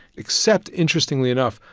except, interestingly enough,